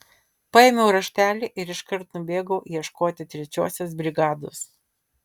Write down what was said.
paėmiau raštelį ir iškart nubėgau ieškoti trečiosios brigados